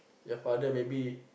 your father maybe